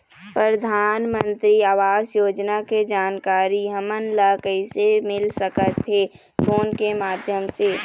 परधानमंतरी आवास योजना के जानकारी हमन ला कइसे मिल सकत हे, फोन के माध्यम से?